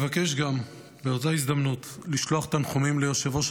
ובאותה הזדמנות אני מבקש גם לשלוח תנחומים ליושב-ראש